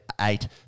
Eight